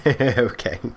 okay